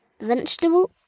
Vegetable